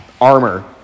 armor